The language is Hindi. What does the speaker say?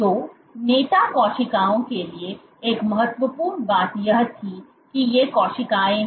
तो नेता कोशिकाओं के लिए एक महत्वपूर्ण बात यह थी कि ये कोशिकाएँ हैं